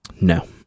No